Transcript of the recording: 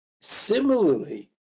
Similarly